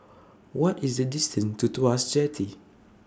What IS The distance to Tuas Jetty